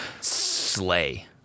slay